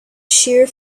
shear